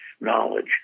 knowledge